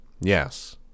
Yes